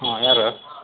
ಹಾಂ ಯಾರು